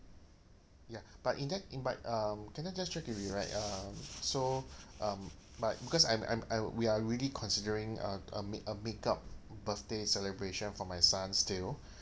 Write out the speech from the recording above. ya but in that invi~ um can I just check with you right um so um but because I'm I'm I we are really considering a a make~ a makeup birthday celebration for my son still